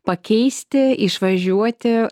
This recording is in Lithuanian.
pakeisti išvažiuoti